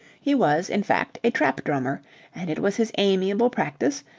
he was, in fact, a trap-drummer and it was his amiable practice,